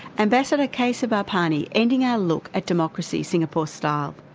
ambassador k. kesavapany ending our look at democracy, singapore-style.